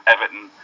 Everton